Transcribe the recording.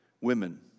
Women